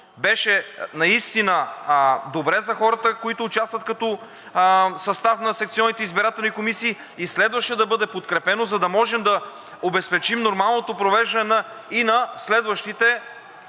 беше наистина добре за хората, които участват като състав на секционните избирателни комисии, и следваше да бъде подкрепено, за да можем да обезпечим нормалното провеждане и на следващите